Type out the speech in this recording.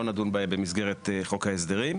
לא נדון בהם במסגרת חוק ההסדרים.